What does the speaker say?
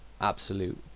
Absolute